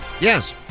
Yes